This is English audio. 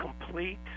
complete